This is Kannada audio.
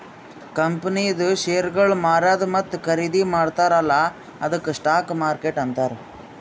ಕಂಪನಿದು ಶೇರ್ಗೊಳ್ ಮಾರದು ಮತ್ತ ಖರ್ದಿ ಮಾಡ್ತಾರ ಅಲ್ಲಾ ಅದ್ದುಕ್ ಸ್ಟಾಕ್ ಮಾರ್ಕೆಟ್ ಅಂತಾರ್